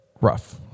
rough